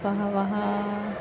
बहवः